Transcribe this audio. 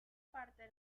parte